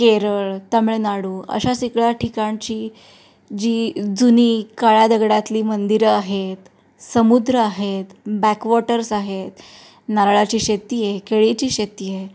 केरळ तमिळनाडू अशा सगळ्या ठिकाणची जी जुनी काळ्या दगडातली मंदिरं आहेत समुद्र आहेत बॅकवॉटर्स आहेत नारळाची शेती आहे केळीची शेती आहे